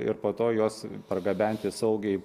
ir po to juos pargabenti saugiai